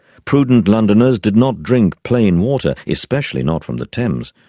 prudent londoners did not drink plain water, especially not from the thames.